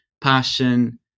passion